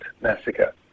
massacre